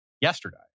yesterday